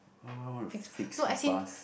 why will I want to fix bus